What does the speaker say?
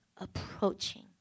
approaching